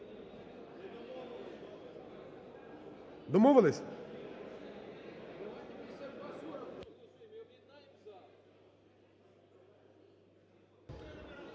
Домовились?